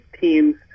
teams